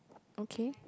okay